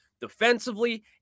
defensively